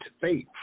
faith